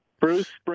Bruce